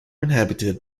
inhabited